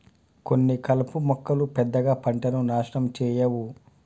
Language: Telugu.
కొన్ని కలుపు మొక్కలు పెద్దగా పంటను నాశనం చేయవు